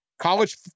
College